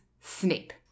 Snape